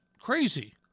crazy